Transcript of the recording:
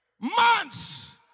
months